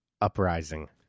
Uprising